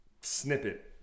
snippet